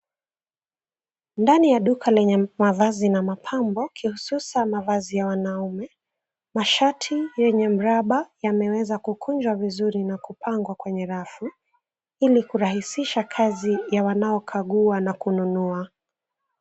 Ndani ya duka lenye mavazi na mapambo kihususan mavazi ya wanaume. Mashati yenye mraba yameweza kukunjwa vizuri na kupangwa kwenye rafu ili kurahisisha kazi ya wanaokagua na kununua.